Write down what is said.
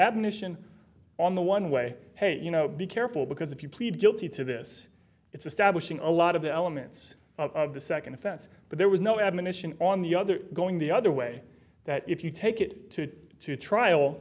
admission on the one way hey you know be careful because if you plead guilty to this it's establishing a lot of the elements of the second offense but there was no admonition on the other going the other way that if you take it to trial